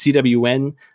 CWN